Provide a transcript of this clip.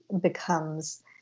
becomes